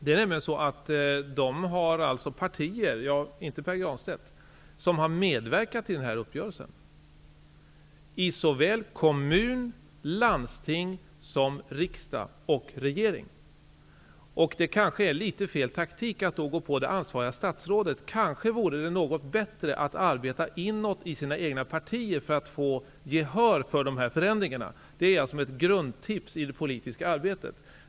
Dessa herrar -- utom Pär Granstedt -- hör till partier som har medverkat till denna uppgörelse, partier som finns representerade i såväl kommun och landsting som riksdag och regering. Det är kanske fel taktik att då gå på det ansvariga statsrådet. Det vore nog bättre att arbeta inåt i de egna partierna för att få gehör för sina önskemål om dessa förändringar -- detta sagt som ett grundtips för det politiska arbetet.